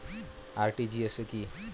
RTGS কি?